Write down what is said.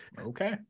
Okay